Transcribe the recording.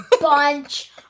bunch